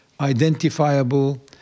identifiable